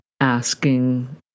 asking